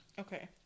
Okay